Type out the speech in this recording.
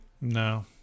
No